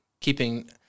keeping